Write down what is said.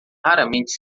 raramente